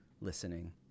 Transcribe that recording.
listening